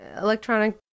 electronic